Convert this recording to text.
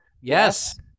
Yes